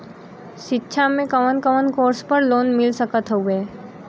शिक्षा मे कवन कवन कोर्स पर लोन मिल सकत हउवे?